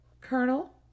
Colonel